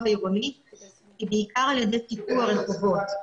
העירוני היא בעיקר על ידי טאטוא הרחובות.